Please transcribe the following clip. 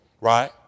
right